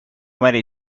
many